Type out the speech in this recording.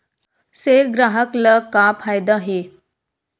से ग्राहक ला का फ़ायदा हे?